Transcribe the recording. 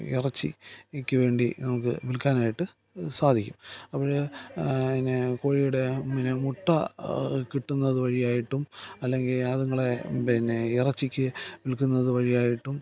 ഇറച്ചിക്ക് വേണ്ടി നമുക്ക് വിൽക്കാനായിട്ടു സാധിക്കും അപ്പോൾ കോഴിയുടെ പിന്നെ മുട്ട കിട്ടുന്നത് വഴിയായിട്ടും അല്ലെങ്കിൽ അതുങ്ങളെ പിന്നെ ഇറച്ചിക്ക് വിൽക്കുന്നത് വഴിയായിട്ടും